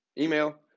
email